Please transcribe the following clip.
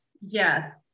yes